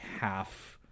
half